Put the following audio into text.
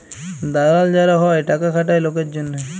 দালাল যারা হ্যয় টাকা খাটায় লকের জনহে